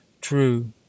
True